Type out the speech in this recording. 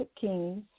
kings